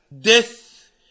death